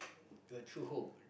you have two home